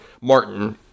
Martin